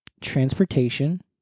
transportation